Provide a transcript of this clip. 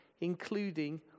including